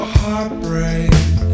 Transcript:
heartbreak